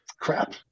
crap